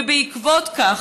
ובעקבות כך,